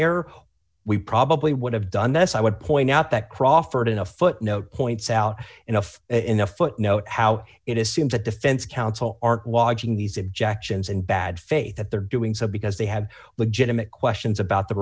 error we probably would have done this i would point out that crawford in a footnote points out enough in a footnote how it is seems that defense counsel aren't watching these objections and bad faith that they're doing so because they have legitimate questions about the